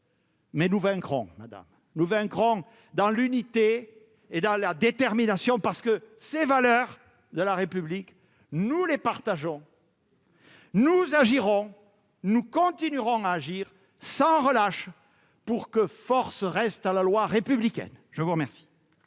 Mais nous vaincrons. Nous vaincrons dans l'unité et dans la détermination, parce que ces valeurs de la République, nous les partageons. Nous agirons, nous continuerons à agir sans relâche pour que force reste à la loi républicaine. La parole